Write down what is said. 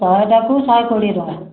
ଶହେଟାକୁ ଶହେ କୋଡ଼ିଏ ଟଙ୍କା